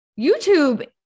youtube